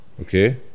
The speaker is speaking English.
Okay